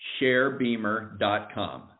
ShareBeamer.com